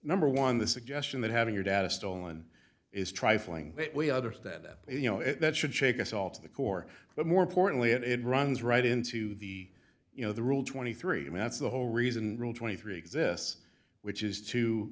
number one the suggestion that having your data stolen is trifling but we understand that you know it that should shake us all to the core but more importantly and it runs right into the you know the rule twenty three to me that's the whole reason rule twenty three exists which is to